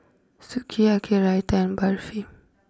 Sukiyaki Raita and Barfi